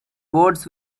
words